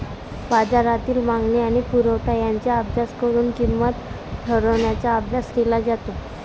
बाजारातील मागणी आणि पुरवठा यांचा अभ्यास करून किंमत ठरवण्याचा अभ्यास केला जातो